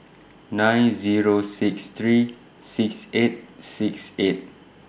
nine Zero six three six eight six eight